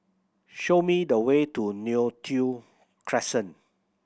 show me the way to Neo Tiew Crescent